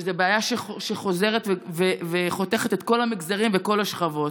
שזו בעיה שחוזרת וחותכת את כל המגזרים וכל השכבות.